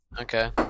Okay